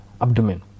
abdomen